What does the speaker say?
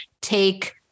take